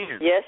Yes